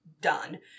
done